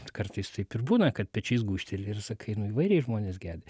kartais taip ir būna kad pečiais gūžteli ir sakai nu įvairiai žmonės gedi